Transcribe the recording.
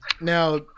Now